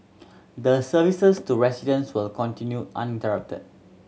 the services to residents will continue uninterrupted